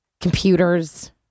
Computers